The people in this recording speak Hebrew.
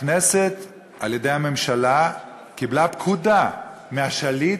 הכנסת, על-ידי הממשלה, קיבלה פקודה מהשליט,